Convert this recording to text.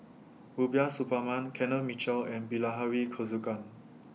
Rubiah Suparman Kenneth Mitchell and Bilahari Kausikan